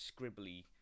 scribbly